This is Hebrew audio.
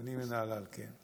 אני מנהלל, כן.